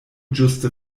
ĝuste